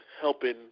helping